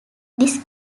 this